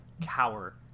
cower